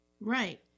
Right